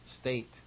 state